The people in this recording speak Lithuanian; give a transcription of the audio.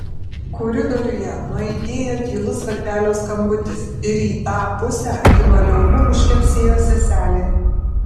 koridoriuje nuaidėjo tylus varpelio skambutis ir į tą pusę linoleumu nušlepsėjo seselė